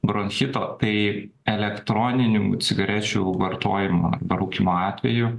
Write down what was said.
bronchito tai elektroninių cigarečių vartojimą parūkymo atveju